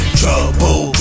trouble